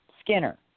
Skinner